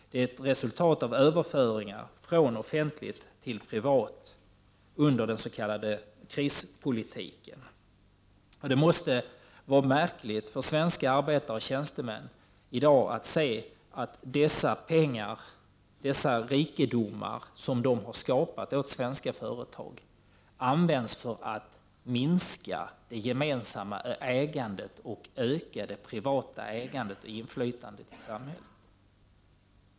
De är ett resultat av överföringar från offentligt till privat under den s.k. krispolitikens år. Det måste vara märkligt för svenska arbetare och tjänstemän att i dag se att de pengar, de rikedomar, som de har skapat åt svenska företag används för att n:inska det gemensamma ägandet och öka det privata ägandet och inflytandet i samhället.